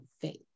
faith